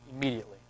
immediately